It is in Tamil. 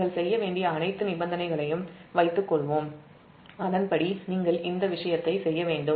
நீங்கள் செய்ய வேண்டிய அனைத்து நிபந்தனைகளையும் வைத்துக்கொள்வோம் அதன்படி நீங்கள் இந்த விஷயத்தை செய்ய வேண்டும்